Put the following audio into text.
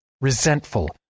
Resentful